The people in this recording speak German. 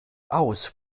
aus